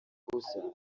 gusa